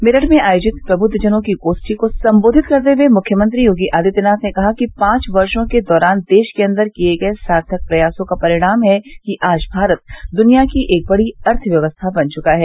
मेरठ में आयोजित प्रबुद्वजनों की गोष्ठी को संबोधित करते हुए मुख्यमंत्री योगी आदित्यनाथ ने कहा कि पांच वर्षो के दौरान देश के अन्दर किये गये सार्थक प्रयासों का परिणाम है कि आज भारत दुनिया की एक बड़ी अर्थव्यवस्था बन चुका है